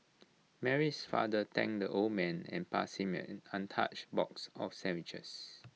Mary's father thanked the old man and passed him an untouched box of sandwiches